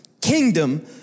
kingdom